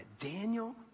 Daniel